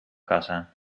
kassa